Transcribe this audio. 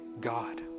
God